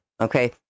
okay